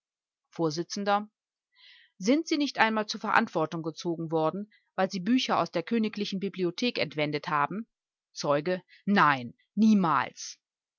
vors sind sie nicht einmal zur verantwortung gezogen worden weil sie bücher aus der königlichen bibliothek entwendet haben zeuge nein niemals